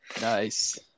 nice